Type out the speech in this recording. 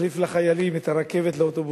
להחליף לחיילים את הרכבת באוטובוסים.